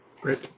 Great